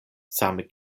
same